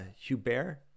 Hubert